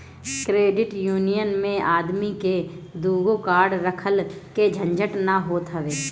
credit union मे आदमी के दूगो कार्ड रखला के झंझट ना होत हवे